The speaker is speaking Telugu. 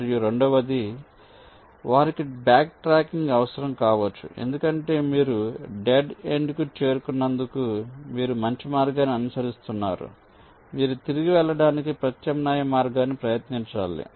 మరియు రెండవది వారికి బ్యాక్ట్రాకింగ్ అవసరం కావచ్చు ఎందుకంటే మీరు డెడ్ ఎండ్కు చేరుకున్నందుకు మీరు మంచి మార్గాన్ని అనుసరిస్తున్నారు మీరు తిరిగి వెళ్లడానికి ప్రత్యామ్నాయ మార్గాన్ని ప్రయత్నించాలి